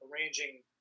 arranging